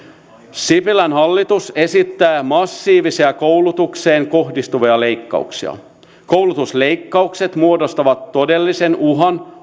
sipilän hallitus esittää massiivisia koulutukseen kohdistuvia leikkauksia koulutusleikkaukset muodostavat todellisen uhan